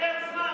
תודה לך.